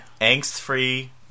Angst-free